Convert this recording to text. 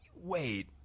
wait